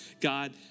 God